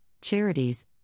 charities